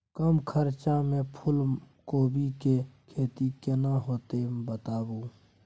कम खर्चा में फूलकोबी के खेती केना होते बताबू?